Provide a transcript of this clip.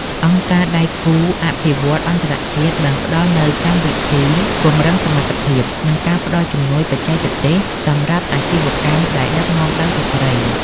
អង្គការដៃគូអភិវឌ្ឍន៍អន្តរជាតិបានផ្ដល់នូវកម្មវិធីពង្រឹងសមត្ថភាព និងការផ្ដល់ជំនួយបច្ចេកទេសសម្រាប់អាជីវកម្មដែលដឹកនាំដោយស្ត្រី។